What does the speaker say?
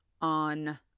on